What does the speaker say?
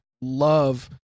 love